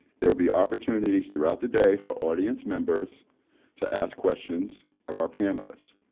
there will be opportunities throughout the day for audience members to ask questions of our panelists.